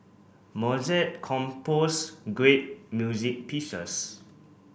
Mozart composed great music pieces